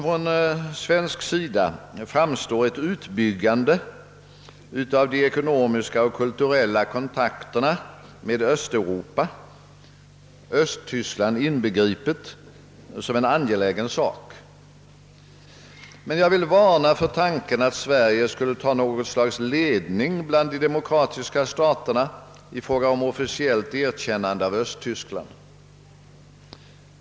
För Sverige framstår ett utbyggande av de ekonomiska och kulturella kontakterna med Östeuropa — Östtyskland inbegripet — som en angelägen sak. Jag vill emellertid avråda att Sverige skul le ta något slags ledning bland de demokratiska staterna i fråga om officiellt erkännande av Östtyskland.